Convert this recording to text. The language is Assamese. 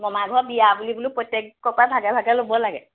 মামাৰ ঘৰ বিয়া বুলি বোলো প্ৰত্যেকৰ পৰা ভাগে ভাগে ল'ব লাগে